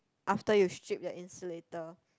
after you strip the insulator